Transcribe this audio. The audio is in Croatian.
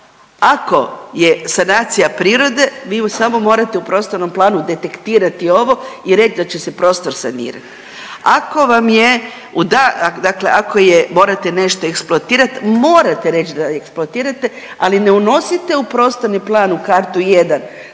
ako je sanacija prirode vi ju samo morate u prostornom planu detektirati ovo i reć da će se prostor sanirat. Ako vam je dakle ako je morate nešto eksploatirat morate reć da eksploatirate, ali ne unosite u prostorni plan u kartu 1